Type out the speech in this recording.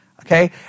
Okay